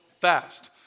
fast